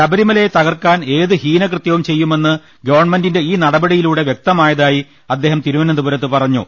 ശബരിമലയെ തകർക്കാൻ ഏത് ഹീനകൃത്യവും ചെയ്യുമെന്ന് ഗവൺമെന്റിന്റെ ഈ നടപടിയിലൂടെ വൃക്ത മായതായി അദ്ദേഹം തിരുവനന്തപുരത്ത് പറഞ്ഞു